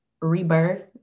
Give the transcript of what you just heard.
rebirth